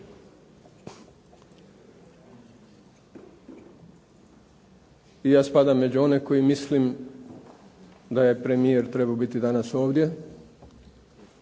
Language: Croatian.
Ja spadam među one koji misle da je premijer trebao biti danas ovdje